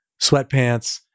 sweatpants